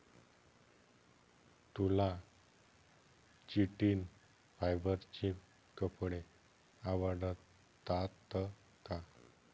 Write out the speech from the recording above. तुला चिटिन फायबरचे कपडे आवडतात का?